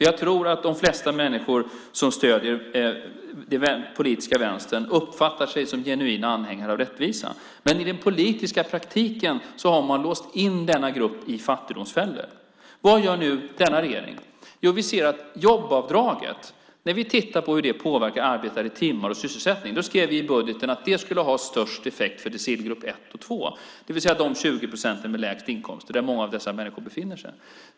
Jag tror att de flesta människor som stöder den politiska vänstern uppfattar sig som genuina anhängare av rättvisa. Men i den politiska praktiken har man låst in denna grupp i fattigdomsfällor. Vad gör nu denna regering? Vi kan titta på hur jobbavdraget påverkar arbetade timmar och sysselsättning. Vi skrev i budgeten att det skulle ha störst effekt för decilgrupp 1 och 2, det vill säga de 20 procenten med lägst inkomst där många av dessa människor befinner sig.